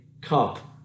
cup